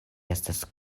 estas